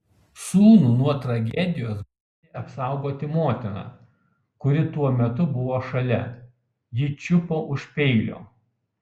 sūnų nuo tragedijos bandė apsaugoti motina kuri tuo metu buvo šalia ji čiupo už peilio